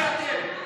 זה כל מי שאתם,